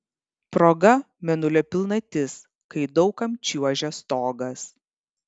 proga mėnulio pilnatis kai daug kam čiuožia stogas